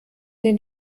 den